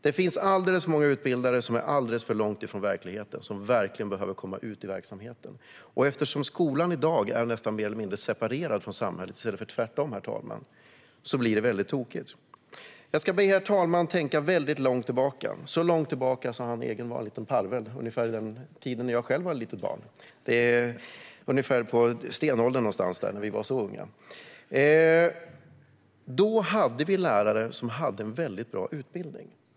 Det finns alldeles för många utbildare som är alldeles för långt från verkligheten och skulle behöva komma ut i verksamheten. Eftersom skolan i dag är mer eller mindre separerad från samhället, i stället för tvärtom, herr talman, blir det väldigt tokigt. Jag ska be herr talmannen tänka väldigt långt tillbaka, till den tid när han var en liten parvel och jag själv var ett litet barn. Det var ungefär på stenåldern vi var så unga. Då hade vi lärare med en väldigt bra utbildning.